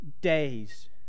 days